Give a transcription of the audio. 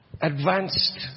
advanced